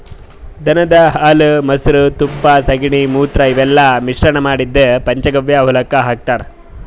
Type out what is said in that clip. ದನದ್ ಹಾಲ್ ಮೊಸ್ರಾ ತುಪ್ಪ ಸಗಣಿ ಮೂತ್ರ ಇವೆಲ್ಲಾ ಮಿಶ್ರಣ್ ಮಾಡಿದ್ದ್ ಪಂಚಗವ್ಯ ಹೊಲಕ್ಕ್ ಹಾಕ್ತಾರ್